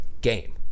game